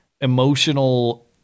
emotional